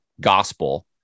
Gospel